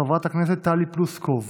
חברת הכנסת טלי פלוסקוב,